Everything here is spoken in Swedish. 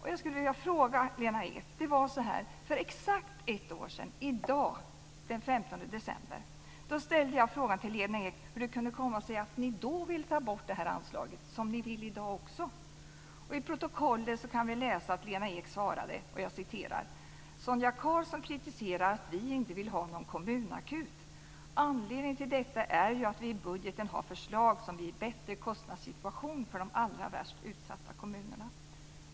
För exakt ett år sedan, den 15 december 1999, ställde jag frågan till Lena Ek hur det kunde komma sig att Centern då ville ta bort detta anslag, precis som man vill i dag också. I protokollet kan vi läsa att Lena Ek svarade: "Sonia Karlsson kritiserar att vi inte vill ha någon kommunakut. Anledningen till detta är ju att vi i budgeten har förslag som ger bättre kostnadssituation för de allra värst utsatta kommunerna."